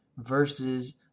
versus